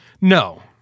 No